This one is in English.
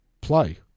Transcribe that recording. play